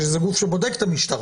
שזה גוף שבודק את המשטרה,